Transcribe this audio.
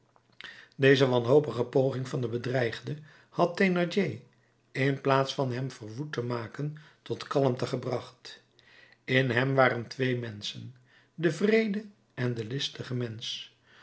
deze wanhopige poging van den bedreigde had thénardier in plaats van hem verwoed te maken tot kalmte gebracht in hem waren twee menschen de wreede en de listige mensch